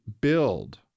build